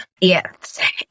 Yes